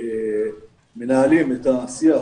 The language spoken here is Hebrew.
ומנהלים את השיח